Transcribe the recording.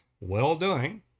well-doing